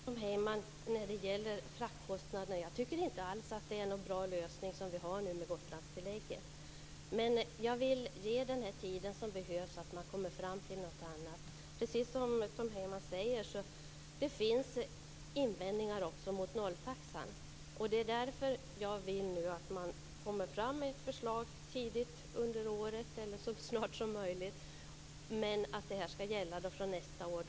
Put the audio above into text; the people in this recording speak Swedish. Fru talman! Jag får hålla med Tom Heyman när det gäller fraktkostnaderna. Jag tycker inte alls att den lösning vi har nu med Gotlandstillägget är bra, men jag vill ge den tid som behövs så att man kan komma fram till något annat. Precis som Tom Heyman säger finns det invändningar också mot nolltaxan. Det är därför jag nu vill att man kommer fram med ett förslag tidigt under året, eller så snart som möjligt, som skall gälla från nästa år.